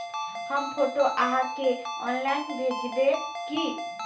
हम फोटो आहाँ के ऑनलाइन भेजबे की?